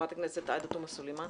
חברת הכנסת עאידה תומא סלימאן